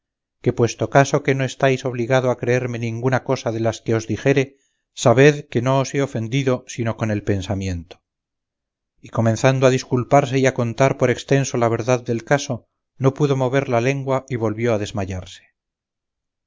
que puesto caso que no estáis obligado a creerme ninguna cosa de las que os dijere sabed que no os he ofendido sino con el pensamiento y comenzando a disculparse y a contar por extenso la verdad del caso no pudo mover la lengua y volvió a desmayarse